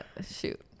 Shoot